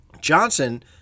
Johnson